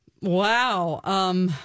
Wow